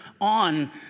on